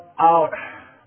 out